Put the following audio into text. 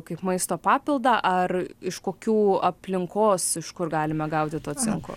kaip maisto papildą ar iš kokių aplinkos iš kur galime gauti to cinko